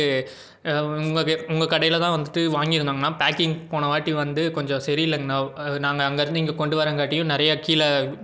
உங்கள் உங்கள் கடையில் தான் வந்துவிட்டு வாங்கியிருந்தாங்கணா பேக்கிங் போன வாட்டி வந்து கொஞ்சம் செரியில்லங்கணா நாங்கள் அங்கேயிருந்து இங்கே கொண்டுவரங்காட்டியும் நிறைய கீழே